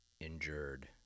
injured